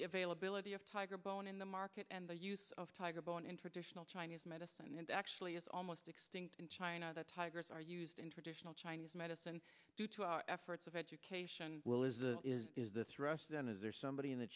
the availability of tiger bone in the market and the use of tiger bone in traditional chinese medicine and actually it's almost extinct in china the tigers are used in traditional chinese medicine due to our efforts of education will is the is is this rush then is there somebody